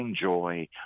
joy